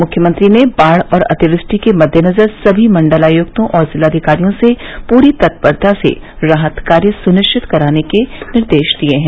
मुख्यमंत्री ने बाढ़ और अतिवृष्टि के मददेनजर सभी मंडलायुक्तों और जिलाधिकारियों से पूरी तत्परता से राहत कार्य सुनिश्चित कराने के निर्देश दिये हैं